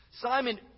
Simon